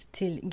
till